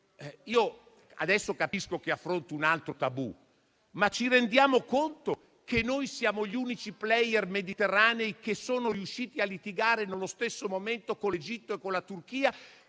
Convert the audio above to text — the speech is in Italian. io capisco di affrontare un altro tabù, ma ci rendiamo conto di essere gli unici *player* mediterranei che sono riusciti a litigare, nello stesso momento, con l'Egitto e con la Turchia,